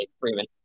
Freeman